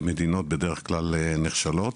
במדינות בדרך כלל נכשלות,